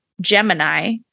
Gemini